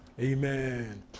Amen